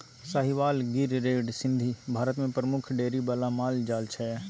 Sahiwal, Gir, red Sindhi Bharat मे प्रमुख dairy बला माल जाल छै